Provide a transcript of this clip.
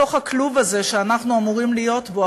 בתוך הכלוב הזה שאנחנו אמורים להיות בו,